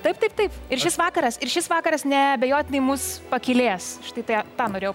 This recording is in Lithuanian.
taip taip taip ir šis vakaras ir šis vakaras neabejotinai mus pakylės štai tai tą norėjau